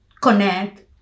connect